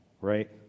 right